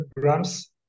grams